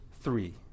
three